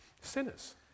sinners